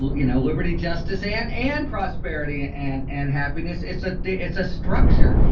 you know, liberty, justice and and prosperity and and happiness. it's a it's a structure.